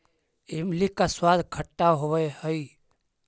इमली का स्वाद खट्टा होवअ हई